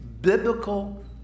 biblical